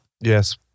Yes